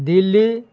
Delhi